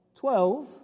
Twelve